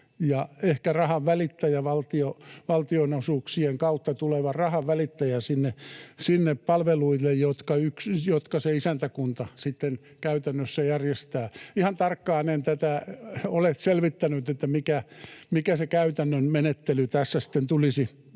ehkä rahan välittäjä, valtionosuuksien kautta tulevan rahan välittäjä sinne palveluille, jotka se isäntäkunta sitten käytännössä järjestää. Ihan tarkkaan en ole selvittänyt, mikä se käytännön menettely tässä sitten